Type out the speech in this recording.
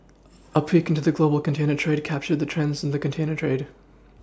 a peek into the global container trade captured the trends in the container trade